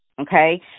Okay